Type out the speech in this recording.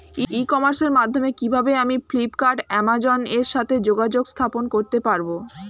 ই কমার্সের মাধ্যমে কিভাবে আমি ফ্লিপকার্ট অ্যামাজন এর সাথে যোগাযোগ স্থাপন করতে পারব?